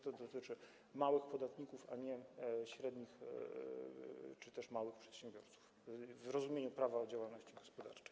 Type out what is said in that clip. To dotyczy małych podatników, a nie średnich czy też małych przedsiębiorców w rozumieniu Prawa działalności gospodarczej.